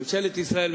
ממשלת ישראל,